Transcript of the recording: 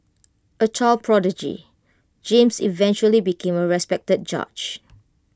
A child prodigy James eventually became A respected judge